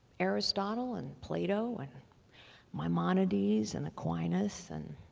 aristotle and plato and maimonides and aquinas, and